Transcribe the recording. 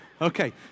Okay